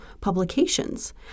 publications